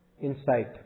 insight